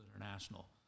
International